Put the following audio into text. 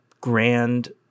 grand